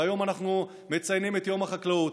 והיום אנחנו מציינים את יום החקלאות,